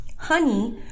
Honey